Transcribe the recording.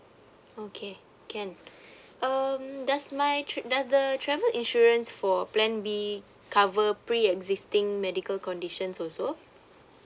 okay can um does my trip does the travel insurance for plan B cover pre-existing medical conditions also